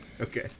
Okay